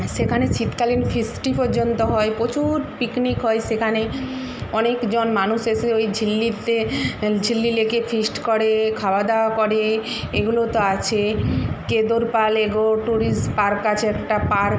সেখানে শীতকালীন ফিস্টি পর্যন্ত হয় প্রচুর পিকনিক হয় সেখানে অনেকজন মানুষ এসে ওই ঝিল্লিতে ঝিল্লি লেকে ফিস্ট করে খাওয়া দাওয়া করে এগুলো তো আছে কেদর পাল এগোর টুরিস পার্ক আছে একটা পার্ক